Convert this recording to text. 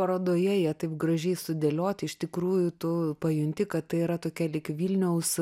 parodoje jie taip gražiai sudėlioti iš tikrųjų tu pajunti kad tai yra tokia lyg vilniaus